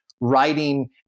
writing